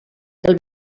del